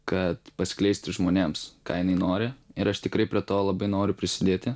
kad paskleisti žmonėms ką jinai nori ir aš tikrai prie to labai noriu prisidėti